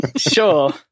Sure